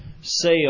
say